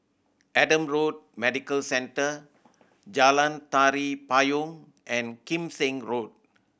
Adam Road Medical Centre Jalan Tari Payong and Kim Seng Road